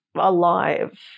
alive